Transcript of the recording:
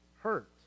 hurt